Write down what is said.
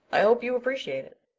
i hope you appreciate it.